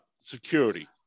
security